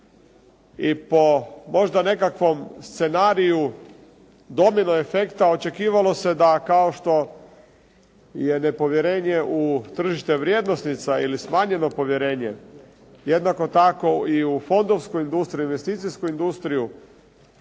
I po možda nekakvom scenariju domino efekta očekivalo se da kao što je nepovjerenje u tržište vrijednosnice ili smanjeno povjerenje jednako tako i u fondovskoj industriji, investicijskoj industriji